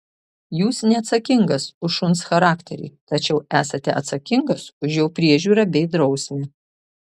jūs neatsakingas už šuns charakterį tačiau esate atsakingas už jo priežiūrą bei drausmę